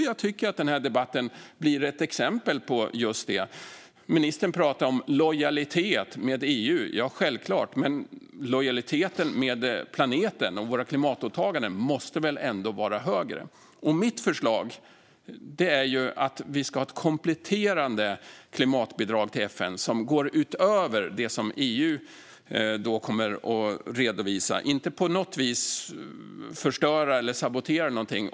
Jag tycker att den här debatten blir ett exempel på just detta: Ministern pratar om lojalitet med EU - ja, självklart, men lojaliteten med planeten och våra klimatåtaganden måste väl ändå vara större? Mitt förslag är att vi ska ha ett kompletterande klimatbidrag till FN som går utöver det som EU kommer att redovisa, inte att vi på något vis ska förstöra eller sabotera någonting.